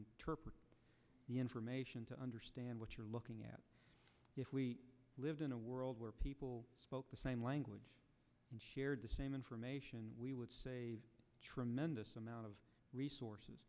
interpret the information to understand what you're looking at if we lived in a world where people spoke the same language shared the same information tremendous amount of resources